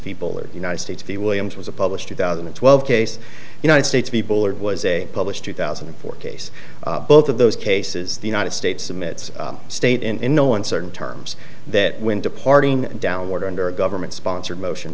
people are united states v williams was a published two thousand and twelve case united states people or was a published two thousand and four case both of those cases the united states admits state in no uncertain terms that when departing downward under a government sponsored motion